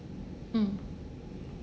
mm